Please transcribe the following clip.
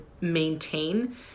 maintain